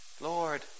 Lord